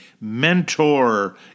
mentor